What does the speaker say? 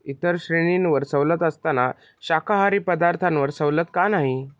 इतर श्रेणींवर सवलत असताना शाकाहारी पदार्थांवर सवलत का नाही